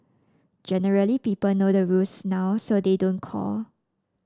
generally people know the rules now so they don't call